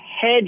hedge